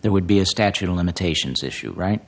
there would be a statute of limitations issue right